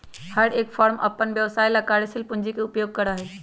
हर एक फर्म अपन व्यवसाय ला कार्यशील पूंजी के उपयोग करा हई